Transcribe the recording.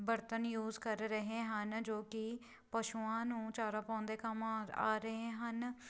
ਬਰਤਨ ਯੂਜ ਕਰ ਰਹੇ ਹਨ ਜੋ ਕਿ ਪਸ਼ੂਆਂ ਨੂੰ ਚਾਰਾ ਪਾਉਣ ਦੇ ਕੰਮ ਆ ਰਹੇ ਹਨ